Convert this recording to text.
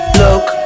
look